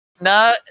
No